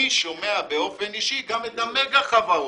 אני שומע באופן אישי גם את המגה חברות.